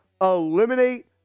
Eliminate